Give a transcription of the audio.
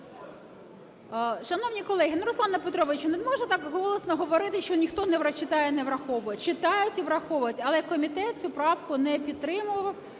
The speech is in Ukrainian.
Шановні колеги, Руслане Петровичу, не можна так голосно говорити, що ніхто не читає і не враховує. Читають і враховують. Але комітет цю правку не підтримував.